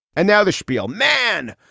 and now the schpiel, man,